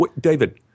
David